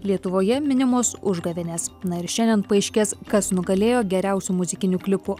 lietuvoje minimos užgavėnės na ir šiandien paaiškės kas nugalėjo geriausių muzikinių klipų